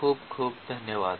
खूप खूप धन्यवाद